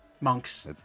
Monks